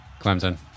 Clemson